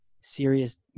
serious